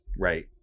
Right